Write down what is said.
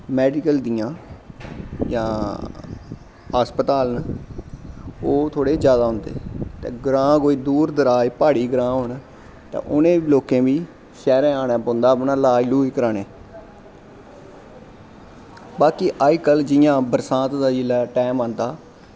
medical दियां जां हस्पताल न ओह् थोह्ड़े जैदा आंदे ते ग्रांऽ कोई दूर दराज़ प्हाड़ी ग्रांऽ होंन तां उ'नें लोकें बी शैह्रैं जाना पौंदा अपना इलाज लूज़ कराने गी बी बाकी अजकल्ल जि'यां बरसांत दा टैम आंदा